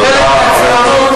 תודה, חבר הכנסת זאב.